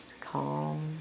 Calm